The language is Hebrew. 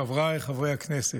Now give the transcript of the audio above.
חבריי חברי הכנסת,